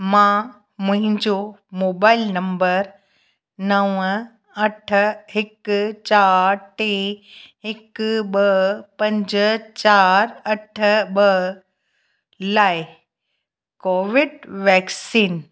मां मुंहिंजो mobile number नव अठ हिकु चार टे हिकु ॿ पंज चार अठ ॿ लाइ कोविड वैक्सीन